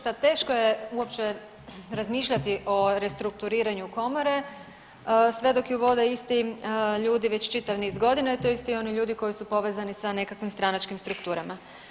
Ta teško je uopće razmišljati o restrukturiranju komore, sve dok ju vode isti ljudi već čitav niz godina i to isti oni ljudi koji su povezani sa nekakvim stranačkim strukturama.